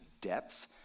depth